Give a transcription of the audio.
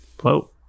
Whoa